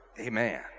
Amen